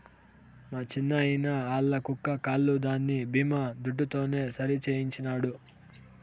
మా చిన్నాయిన ఆల్ల కుక్క కాలు దాని బీమా దుడ్డుతోనే సరిసేయించినాడు